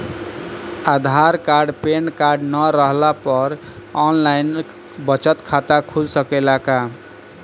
आधार card PAN card न रहला पर आन लाइन बचत खाता खुल सकेला का?